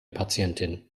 patientin